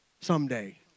someday